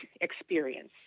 experience